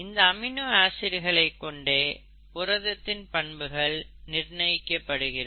இந்த அமினோ ஆசிட்டுகளை கொண்டே புரதத்தின் பண்புகள் நிர்ணயிக்கப்படுகிறது